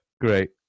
Great